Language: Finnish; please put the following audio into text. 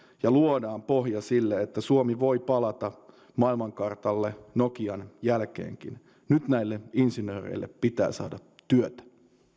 ja luodaan pohja sille että suomi voi palata maailmankartalle nokian jälkeenkin nyt näille insinööreille pitää saada työtä